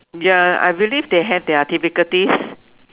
ya I believe they have their difficulties